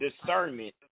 discernment